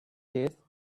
chase